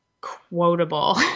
quotable